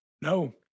No